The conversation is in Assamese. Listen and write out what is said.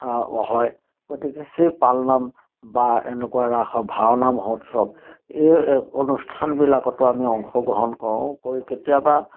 হয় গতিকে সেই পালনাম বা এনেকুৱা ৰাস ভাওনাম উৎসৱ এই অনুষ্ঠানবিলাকতো আমি অংশগ্ৰহণ কৰোঁ গৈ কেতিয়াবা